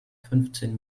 fünfzehn